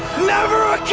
never ah